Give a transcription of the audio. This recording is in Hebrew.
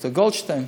לד"ר גולדשטיין.